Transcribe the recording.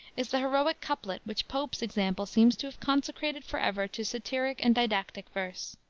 is the heroic couplet which pope's example seems to have consecrated forever to satiric and didactic verse.